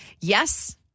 Yes